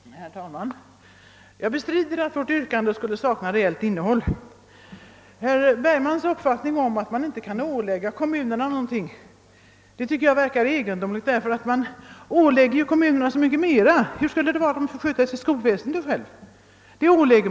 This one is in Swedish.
Herr talman! Jag bestrider att vårt yrkande skulle sakna reellt innehåll. Herr Bergmans uppfattning att man inte kan ålägga kommunerna någonting verkar egendomligt, ty kommunerna åläggs ju så mycket. Och hur skulle det vara om de fick sköta sitt skolväsende själva?